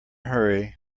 hurry